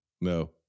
No